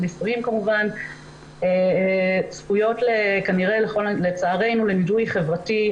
צפויות לצערנו לנידוי חברתי.